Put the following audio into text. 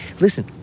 listen